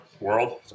world